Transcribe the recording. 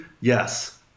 Yes